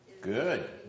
Good